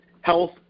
health